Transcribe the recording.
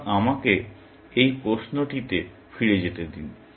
সুতরাং আমাকে এই প্রশ্নটিতে ফিরে যেতে দিন